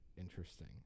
interesting